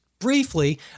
Briefly